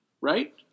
Right